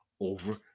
over